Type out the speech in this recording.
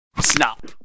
snap